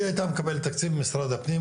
היא הייתה מקבלת תקציב ממשרד הפנים,